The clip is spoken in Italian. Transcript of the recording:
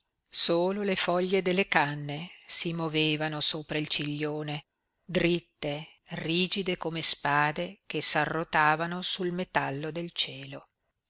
solo le foglie delle canne si movevano sopra il ciglione dritte rigide come spade che s'arrotavano sul metallo del